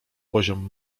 poziom